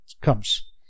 comes